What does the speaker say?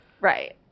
Right